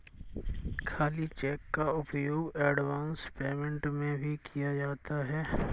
खाली चेक का उपयोग एडवांस पेमेंट में भी किया जाता है